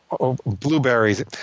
blueberries